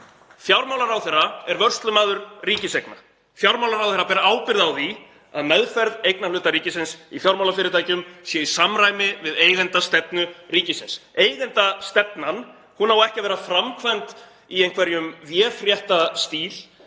Fjármálaráðherra er vörslumaður ríkiseigna. Fjármálaráðherra ber ábyrgð á því að meðferð eignarhluta ríkisins í fjármálafyrirtækjum sé í samræmi við eigendastefnu ríkisins. Eigendastefnan á ekki að vera framkvæmd í einhverjum véfréttastíl